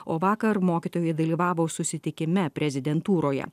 o vakar mokytojai dalyvavo susitikime prezidentūroje